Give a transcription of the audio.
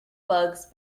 bugs